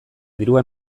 dirua